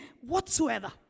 whatsoever